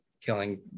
killing